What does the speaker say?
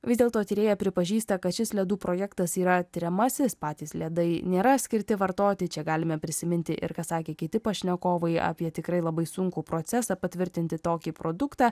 vis dėlto tyrėja pripažįsta kad šis ledų projektas yra tiriamasis patys ledai nėra skirti vartoti čia galime prisiminti ir ką sakė kiti pašnekovai apie tikrai labai sunkų procesą patvirtinti tokį produktą